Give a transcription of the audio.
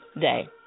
day